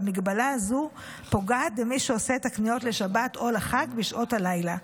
והמגבלה הזו פוגעת במי שעושה את הקניות לשבת או לחג בשעות הלילה.